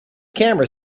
camera